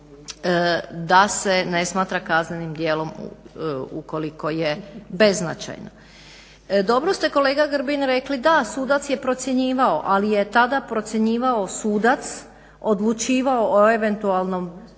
da se ne smatra kaznenim djelom ukoliko je beznačajno. Dobro ste kolega Grbin rekli da sudac je procjenjivao, ali je tada procjenjivao sudac, odlučivao o eventualnoj